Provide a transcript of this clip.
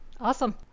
awesome